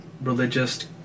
religious